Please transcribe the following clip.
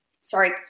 Sorry